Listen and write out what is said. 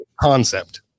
Concept